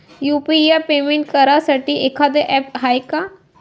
UPI payment करासाठी एखांद app हाय का?